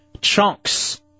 Chunks